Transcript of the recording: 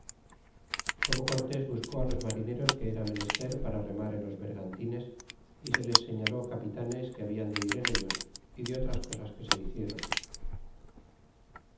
como cortes buscó á los marineros que era menester para remar en los vergantines y se les señaló capitanes que hablan de ir en ellos y de otras cosas que se hicieron